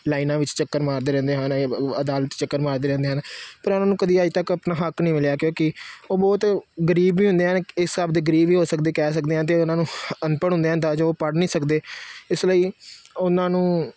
ਲਾਈਨਾਂ ਵਿੱਚ ਚੱਕਰ ਮਾਰਦੇ ਰਹਿੰਦੇ ਹਨ ਅਦਾਲਤ ਚੱਕਰ ਮਾਰਦੇ ਰਹਿੰਦੇ ਹਨ ਪਰ ਉਹਨਾਂ ਨੂੰ ਕਦੀ ਅੱਜ ਤੱਕ ਆਪਣਾ ਹੱਕ ਨਹੀਂ ਮਿਲਿਆ ਕਿਉਂਕਿ ਉਹ ਬਹੁਤ ਗਰੀਬ ਵੀ ਹੁੰਦੇ ਹਨ ਇਸ ਹਿਸਾਬ ਦੇ ਗਰੀਬ ਵੀ ਹੋ ਸਕਦੇ ਕਹਿ ਸਕਦੇ ਹਾਂ ਅਤੇ ਉਹਨਾਂ ਨੂੰ ਅਨਪੜ੍ਹ ਹੁੰਦੇ ਹਨ ਤਾਂ ਜੋ ਉਹ ਪੜ੍ਹ ਨਹੀਂ ਸਕਦੇ ਇਸ ਲਈ ਉਹਨਾਂ ਨੂੰ